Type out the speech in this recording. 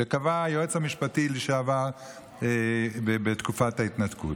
את זה קבע היועץ המשפטי לשעבר בתקופת ההתנתקות,